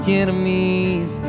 enemies